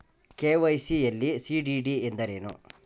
KYC ಯಲ್ಲಿ CDD ಎಂದರೇನು?